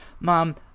mom